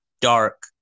dark